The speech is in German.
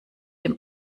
dem